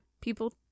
People